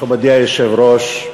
מכובדי היושב-ראש,